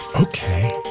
Okay